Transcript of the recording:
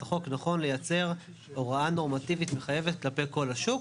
החוק נכון לייצר הוראה נורמטיבית מחייבת כלפי כל השוק.